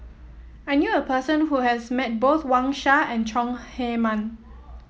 I knew a person who has met both Wang Sha and Chong Heman